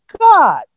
God